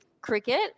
cricket